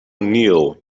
neil